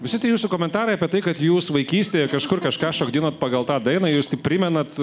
visi tie jūsų komentarai apie tai kad jūs vaikystėje kažkur kažką šokdinot pagal tą dainą jūs tik primenat